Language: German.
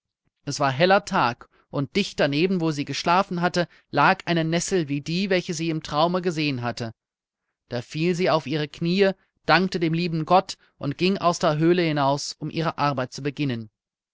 es war heller tag und dicht daneben wo sie geschlafen hatte lag eine nessel wie die welche sie im traume gesehen hatte da fiel sie auf ihre kniee dankte dem lieben gott und ging aus der höhle hinaus um ihre arbeit zu beginnen